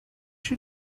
you